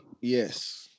yes